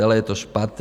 Celé je to špatně.